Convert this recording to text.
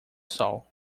sol